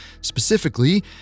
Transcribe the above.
Specifically